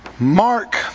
Mark